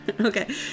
Okay